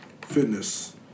fitness